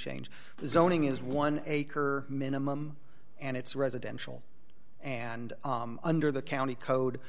change zoning is one acre minimum and it's residential and under the county code